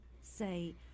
say